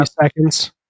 seconds